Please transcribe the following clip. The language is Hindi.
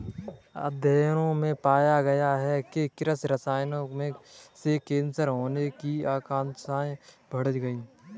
अध्ययनों में पाया गया है कि कृषि रसायनों से कैंसर होने की आशंकाएं बढ़ गई